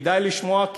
כדאי לשמוע,